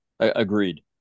Agreed